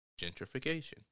gentrification